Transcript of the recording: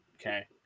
okay